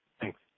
Thanks